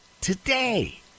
today